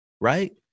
right